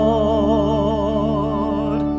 Lord